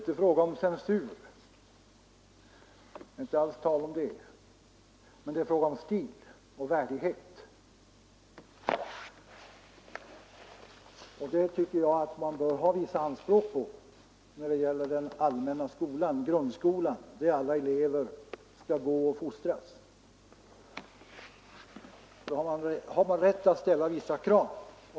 de teateroch kon Herr talman! Det är inte fråga om censur utan om stil och värdighet. sertverksamheten Jag tycker att man bör ha vissa anspråk på det när det gäller grundskolan =; skolorna där alla elever skall fostras. Där har man rätt att ställa vissa krav.